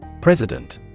President